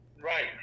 Right